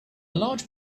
large